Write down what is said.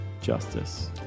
justice